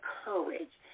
courage